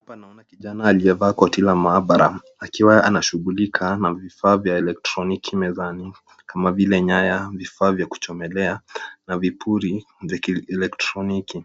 Hapa naona kijana aliyevaa koti la maabara, akiwa anashughulika na vifaa vya eletroniki mezani, kama vile, nyaya, vifaa vya kuchomelea, na vipuli, vikieletroniki.